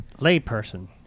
Layperson